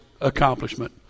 accomplishment